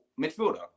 midfielder